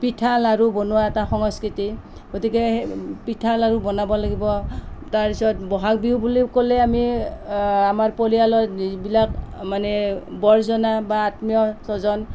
পিঠা লাৰু বনোৱা এটা সংস্কৃতি গতিকে সেই পিঠা লাৰু বনাব লাগিব তাৰ পিছত বহাগ বিহু বুলি ক'লে আমি আমাৰ পৰিয়ালৰ যিবিলাক মানে বৰজনা বা আত্মীয় স্বজন